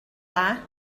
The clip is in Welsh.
dda